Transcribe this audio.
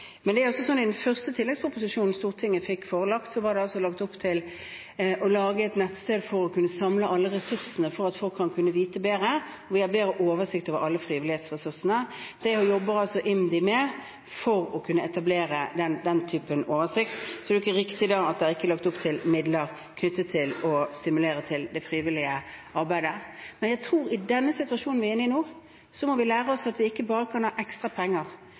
Men det er altså slik at i den første tilleggsproposisjonen Stortinget fikk seg forelagt, var det lagt opp til å lage et nettsted for å kunne samle alle ressursene for at folk skulle kunne vite bedre, og hvor vi har bedre oversikt over alle frivillighetsressursene. Det jobber IMDi med for å kunne etablere den typen oversikt, så det er jo ikke riktig at det ikke er lagt opp til midler knyttet til å stimulere det frivillige arbeidet. Men jeg tror at i den situasjonen vi er inne i nå, så må vi lære oss at vi ikke bare kan ha ekstra penger.